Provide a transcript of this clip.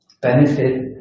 benefit